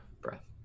breath